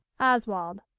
oswald.